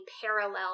parallel